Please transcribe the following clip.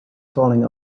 falling